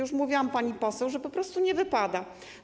Już mówiłam pani poseł, że po prostu nie wypada.